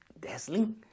dazzling